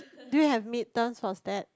do you have midterm for Stats